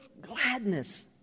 gladness